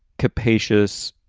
capacious,